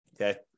okay